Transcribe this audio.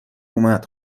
اومد